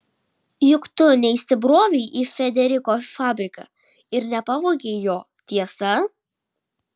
juk tu neįsibrovei į frederiko fabriką ir nepavogei jo tiesa